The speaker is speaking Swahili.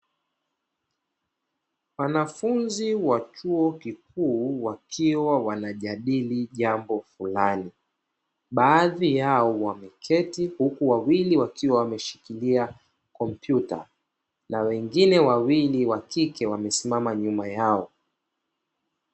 Wanafunzi wa chuo kikuu wakiwa wanajadili jambo fulani, baadhi yao wameketi huku wawili wakiwa wameshikilia kompyuta. na wengne wawili wa kike wamesimama nyuma yao.